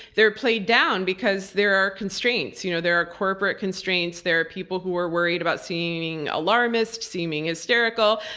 they're played down because there are constraints. you know there are corporate constraints, there are people who are worried about seeming alarmist, seeming hysterical.